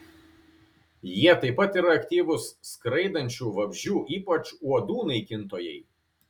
jie taip pat yra aktyvūs skraidančių vabzdžių ypač uodų naikintojai